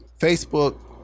facebook